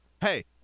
Hey